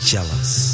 Jealous